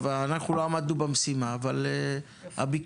אנחנו לא עמדנו במשימה אבל את הביקורת